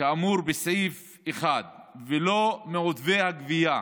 כאמור בסעיף 1 ולא מעודפי הגבייה